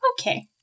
Okay